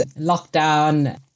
lockdown